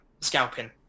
scalping